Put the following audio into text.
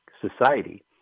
society